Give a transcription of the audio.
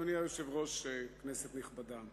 אדוני היושב-ראש, כנסת נכבדה,